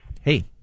Hey